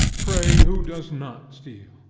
pray who does not steal?